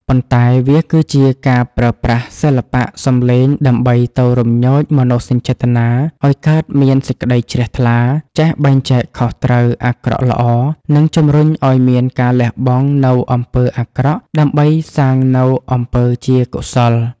ប៉ុន្តែវាគឺជាការប្រើប្រាស់សិល្បៈសម្លេងដើម្បីទៅរំញោចមនោសញ្ចេតនាឱ្យកើតមានសេចក្តីជ្រះថ្លា ចេះបែងចែកខុសត្រូវ អាក្រក់ល្អ និងជំរុញឱ្យមានការលះបង់នូវអំពើអាក្រក់ដើម្បីសាងនូវអំពើជាកុសល។